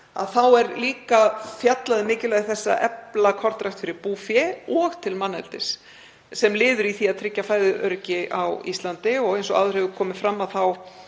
þá er líka fjallað um mikilvægi þess að efla kornrækt fyrir búfé og til manneldis sem er liður í því að tryggja fæðuöryggi á Íslandi. Eins og áður hefur komið fram þá